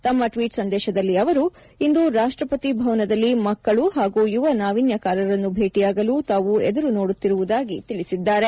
ತಮ್ಮ ಟ್ವೀಟ್ ಸಂದೇಶದಲ್ಲಿ ಅವರು ಇಂದು ರಾಷ್ಟ್ರಪತಿ ಭವನದಲ್ಲಿ ಮಕ್ಕಳು ಹಾಗು ಯುವ ನಾವಿನ್ಯಕಾರರನ್ನು ಭೇಟಿಯಾಗಲು ತಾವು ಎದುರು ನೋಡುತ್ತಿರುವುದಾಗಿ ತಿಳಿಸಿದ್ದಾರೆ